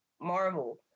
Marvel